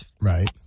right